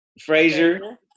Fraser